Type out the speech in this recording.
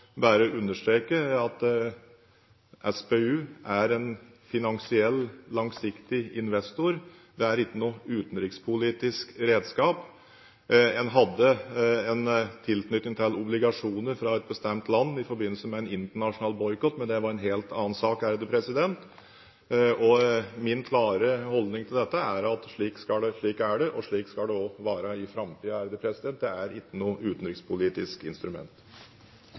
bare understreke at SPU er en finansiell, langsiktig investor, det er ikke noe utenrikspolitisk redskap. En hadde en tilknytning til obligasjoner fra et bestemt land i forbindelse med en internasjonal boikott – men det var en helt annen sak. Min klare holdning til dette er at slik er det, og slik skal det være i framtiden – det er ikke noe utenrikspolitisk instrument.